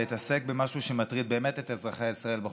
ואתעסק במשהו שמטריד באמת את אזרחי ישראל בחוץ,